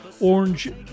Orange